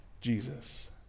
Jesus